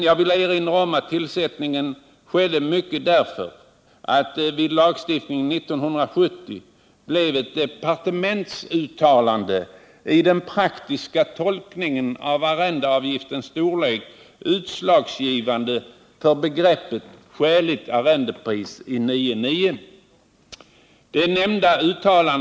Jag vill dock erinra om att kommitténs tillsättning skedde mycket därför att vid lagstiftningen 1970 ett departementsuttalande i den praktiska tolkningen av arrendeavgiftens storlek blev utslagsgivande för begreppet skäligt arrendepris i 9 kap. 9 § jordabalken.